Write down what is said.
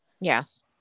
Yes